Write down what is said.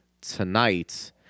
tonight